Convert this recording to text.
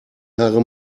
haare